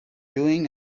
doing